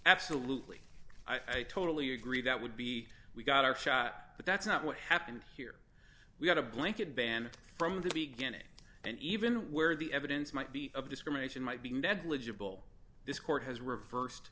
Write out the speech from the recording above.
absolutely i totally agree that would be we got our shot but that's not what happened here we had a blanket ban from the beginning and even where the evidence might be of discrimination might be negligible this court has reversed